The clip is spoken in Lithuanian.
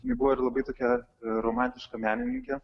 ji buvo ir labai tokia romantiška menininkė